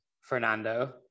Fernando